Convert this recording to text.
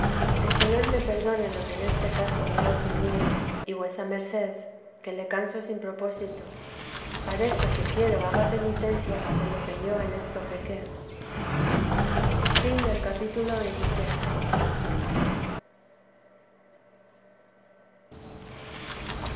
el señor me perdone lo que en este caso le he ofendido y vuesa merced que le canso sin propósito parece que quiero haga penitencia de lo que yo en esto pequé capitulo